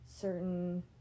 certain